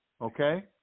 okay